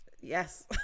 Yes